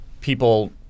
people